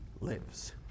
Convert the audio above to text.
lives